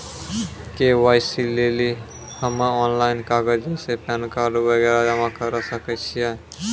KYC लेली हम्मय online कागज जैसे पैन कार्ड वगैरह जमा करें सके छियै?